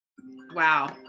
Wow